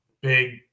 big